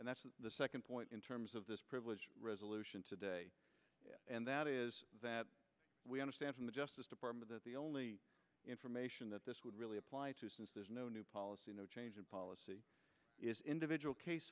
and that's the second point in terms of this privilege resolution today and that is that we understand from the justice department that the only information that this would really apply to since there's no new policy no change in policy is individual case